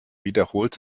wiederholt